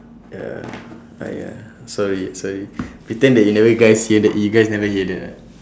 ya !aiya! sorry sorry pretend that you never guys you guys never hear that ah